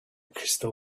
crystal